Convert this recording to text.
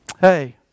Hey